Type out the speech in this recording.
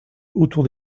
autour